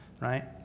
right